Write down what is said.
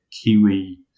kiwi